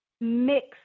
mix